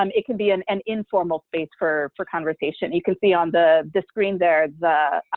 um it can be an an informal space for for conversation. you can see on the the screen there, the